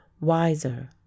wiser